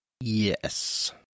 Yes